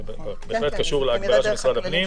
זה בהחלט קשור למגבלה של משרד הפנים.